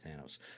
thanos